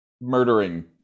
murdering